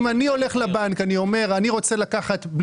אם אני הולך לבנק ואומר שאני רוצה לקחת הלוואה